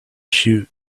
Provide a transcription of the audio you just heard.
shoot